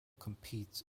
competes